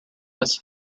was